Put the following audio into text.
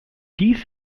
dies